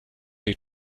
jej